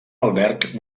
alberg